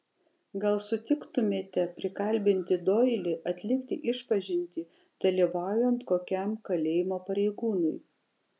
gal sutiktumėte prikalbinti doilį atlikti išpažintį dalyvaujant kokiam kalėjimo pareigūnui